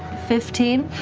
fifteen?